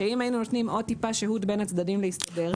שאם היינו נותנים עוד טיפה שהות להסתדר בין הצדדים,